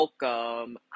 Welcome